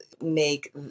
make